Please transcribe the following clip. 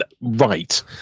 right